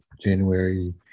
January